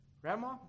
Grandma